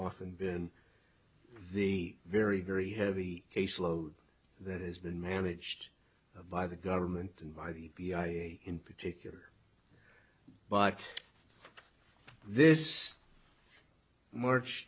often been the very very heavy caseload that has been managed by the government and by the i a e a in particular but this march